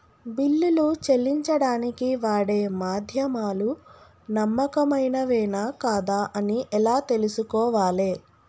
బిల్లులు చెల్లించడానికి వాడే మాధ్యమాలు నమ్మకమైనవేనా కాదా అని ఎలా తెలుసుకోవాలే?